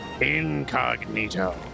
incognito